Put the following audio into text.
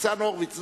ניצן הורוביץ,